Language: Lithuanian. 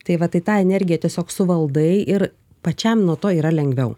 tai va tai tą energiją tiesiog suvaldai ir pačiam nuo to yra lengviau